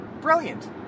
Brilliant